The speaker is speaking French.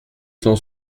cent